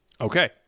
Okay